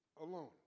alone